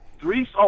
Three